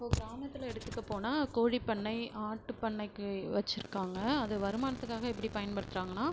இப்போ கிராமத்தில் எடுத்துக்கப் போனால் கோழிப் பண்ணை ஆட்டுப் பண்ணைக்கு வைச்சிருக்காங்க அதை வருமானத்துக்காக எப்படி பயன்படுத்துறாங்கன்னா